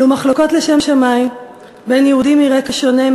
אלו מחלוקות לשם שמים בין יהודים מרקע שונה,